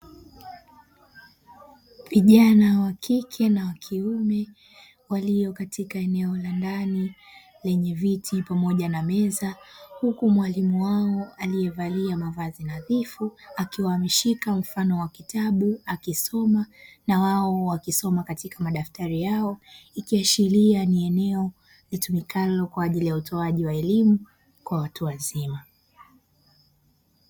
Vijana wa kike na wa kiume walio katika eneo la ndani lenye viti pamoja na meza, huku mwalimu wao aliyevalia mavazi nadhifu akiwa ameshika mfano wa kitabu akisoma na wao wakisoma katika madaftari yao; ikiashiria ni eneo litumikalo kwa ajili ya utoaji wa elimu kwa watu wazima.